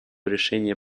решения